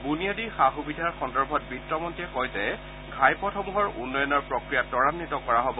বুনিয়াদী সা সুবিধা সন্দৰ্ভত বিত্তমন্ত্ৰীয়ে কয় যে ঘাইপথসমূহৰ উন্নয়নৰ প্ৰক্ৰিয়া তৃৰান্বিত কৰা হব